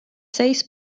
seis